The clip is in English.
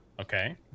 Okay